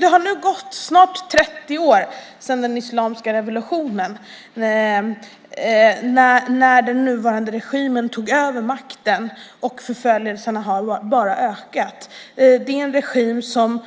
Det har nu gått snart 30 år sedan den islamiska revolutionen när den nuvarande regimen tog över makten, och förföljelserna har bara ökat. Det är en regim som